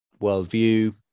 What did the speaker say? worldview